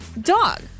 dog